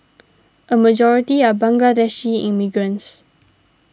a majority are Bangladeshi immigrants